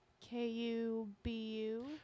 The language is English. K-U-B-U